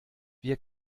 wir